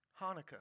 Hanukkah